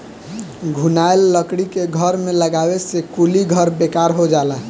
घुनाएल लकड़ी के घर में लगावे से कुली घर बेकार हो जाला